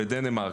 בדנמרק,